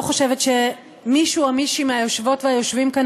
חושבת שמישהו או מישהי מהיושבות והיושבים כאן